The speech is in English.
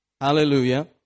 Hallelujah